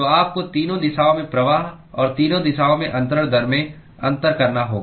तो आपको तीनों दिशाओं में प्रवाह और तीनों दिशाओं में अंतरण दर में अंतर करना होगा